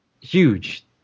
huge